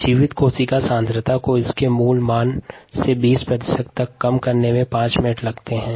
जीवित कोशिका की सांद्रता को इसके मूल मान से 20 प्रतिशत तक कम करने में 5 मिनट लगते हैं